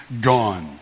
gone